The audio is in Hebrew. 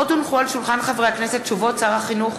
הודעות שר החינוך